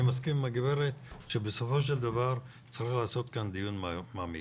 אני מסכים עם הגברת שבסופו של דבר צריך לעשות כאן דיון מעמיק.